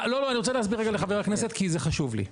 אני רוצה להסביר רגע לחבר הכנסת כי זה חשוב לי,